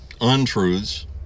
untruths